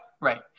right